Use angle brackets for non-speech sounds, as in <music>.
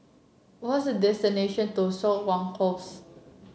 what's <unintelligible> to Siok Wan Close